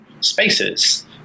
spaces